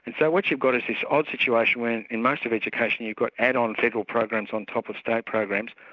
and so what you've got is this odd situation where in most of education you've got add-on federal programs on top of state programs,